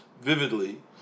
vividly